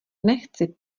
nechci